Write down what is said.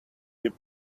would